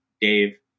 Dave